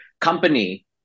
Company